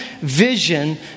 vision